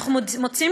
אנחנו מוציאים,